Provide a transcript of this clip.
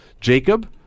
Jacob